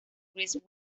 chris